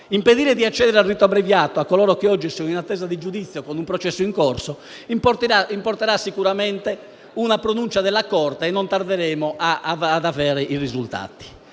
impedire di accedere al rito abbreviato a coloro che oggi sono in attesa di giudizio con un processo in corso comporterà sicuramente una pronuncia della Corte costituzionale e non tarderemo a vedere i risultati.